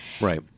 right